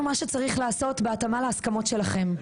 מה שצריך לעשות בהתאמה להסכמות שלכם.